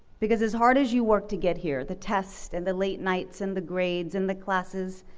because as hard as you work to get here the test and the late nights and the grades and the classes,